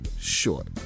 short